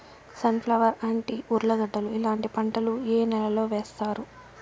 Sun flower, అంటి, ఉర్లగడ్డలు ఇలాంటి పంటలు ఏ నెలలో వేస్తారు?